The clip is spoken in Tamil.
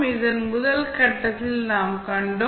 இதை முதல் கட்டத்தில் நாம் கண்டோம்